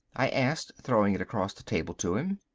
i asked, throwing it across the table to him.